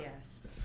yes